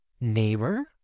Neighbor